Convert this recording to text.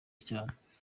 cyane